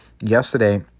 yesterday